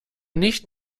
nicht